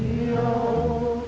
no